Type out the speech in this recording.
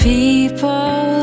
People